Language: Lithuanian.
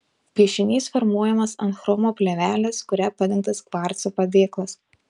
piešinys formuojamas ant chromo plėvelės kuria padengtas kvarco padėklas